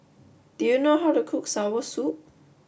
do you know how to cook Soursop